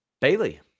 Bailey